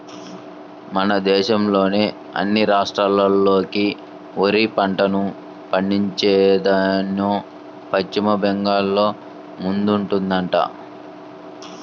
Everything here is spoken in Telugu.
మన దేశంలోని అన్ని రాష్ట్రాల్లోకి వరి పంటను పండించేదాన్లో పశ్చిమ బెంగాల్ ముందుందంట